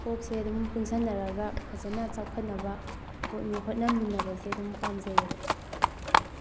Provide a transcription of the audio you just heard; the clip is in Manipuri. ꯀꯣꯛꯁꯦ ꯑꯗꯨꯝ ꯄꯨꯟꯁꯟꯅꯔꯒ ꯐꯖꯅ ꯆꯥꯎꯈꯠꯅꯕ ꯍꯣꯠꯅ ꯍꯣꯠꯅꯃꯤꯟꯅꯕꯁꯦ ꯑꯗꯨꯝ ꯄꯥꯝꯖꯩꯌꯦꯕ